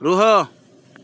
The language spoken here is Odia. ରୁହ